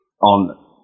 on